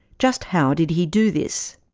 just how did he do this?